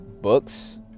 books